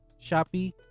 Shopee